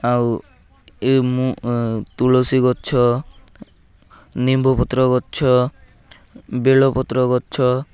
ଆଉ ଏ ମୁ ତୁଳସୀ ଗଛ ନିମ୍ବପତ୍ର ଗଛ ବେଲପତ୍ର ଗଛ